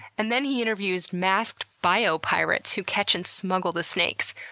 and then he interviews masked biopirates who catch and smuggle the snakes.